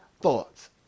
thoughts